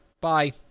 Bye